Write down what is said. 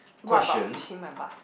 what about pushing my button